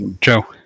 Joe